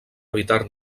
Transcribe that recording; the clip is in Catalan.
evitar